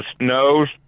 knows